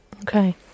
Okay